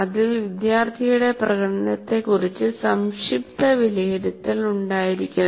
അതിൽ വിദ്യാർത്ഥിയുടെ പ്രകടനത്തെക്കുറിച്ച്സംക്ഷിപ്ത വിലയിരുത്തൽ ഉണ്ടായിരിക്കണം